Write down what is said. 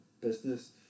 business